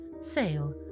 sail